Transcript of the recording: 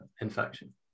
infection